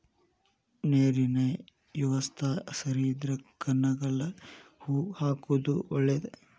ನೇರಿನ ಯವಸ್ತಾ ಸರಿ ಇದ್ರ ಕನಗಲ ಹೂ ಹಾಕುದ ಒಳೇದ